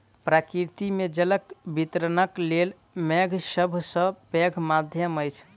प्रकृति मे जलक वितरणक लेल मेघ सभ सॅ पैघ माध्यम अछि